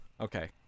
Okay